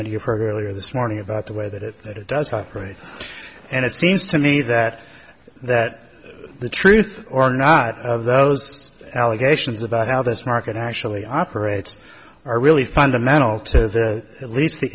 then you've heard earlier this morning about the way that it does operate and it seems to me that that the truth or not of those allegations about how this market actually operates are really fundamental